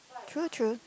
true true